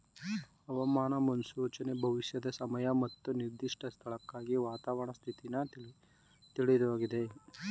ಹವಾಮಾನ ಮುನ್ಸೂಚನೆ ಭವಿಷ್ಯದ ಸಮಯ ಮತ್ತು ನಿರ್ದಿಷ್ಟ ಸ್ಥಳಕ್ಕಾಗಿ ವಾತಾವರಣದ ಸ್ಥಿತಿನ ತಿಳ್ಯೋದಾಗಿದೆ